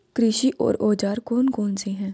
कृषि के औजार कौन कौन से हैं?